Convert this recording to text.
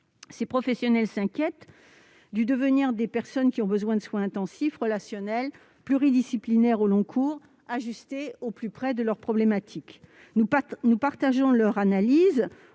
Ces professionnels s'inquiètent du devenir des personnes qui ont besoin de soins intensifs, relationnels, pluridisciplinaires, au long cours, ajustés au plus près de leurs besoins. Nous partageons leur analyse.